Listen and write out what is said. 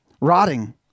rotting